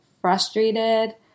frustrated